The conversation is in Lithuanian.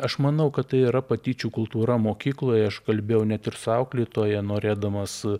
aš manau kad tai yra patyčių kultūra mokykloje aš kalbėjau net ir su auklėtoja norėdamas